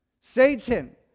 Satan